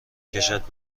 کشد